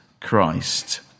Christ